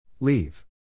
LEAVE